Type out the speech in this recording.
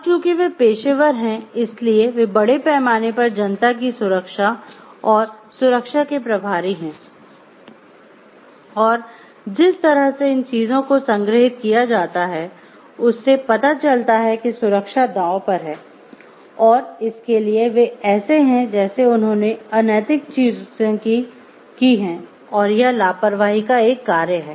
अब चूंकि वे पेशेवर हैं इसलिए वे बड़े पैमाने पर जनता की सुरक्षा और सुरक्षा के प्रभारी हैं और जिस तरह से इन चीजों को संग्रहीत किया जाता है उससे पता चलता है कि सुरक्षा दांव पर है और इसके लिए वे ऐसे हैं जैसे उन्होंने अनैतिक चीजें की हैं और यह लापरवाही का एक कार्य है